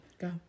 go